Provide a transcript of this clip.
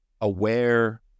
aware